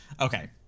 Okay